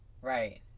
Right